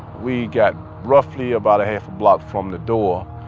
we got roughly about a half a block from the door.